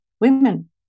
women